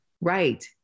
right